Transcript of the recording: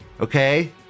okay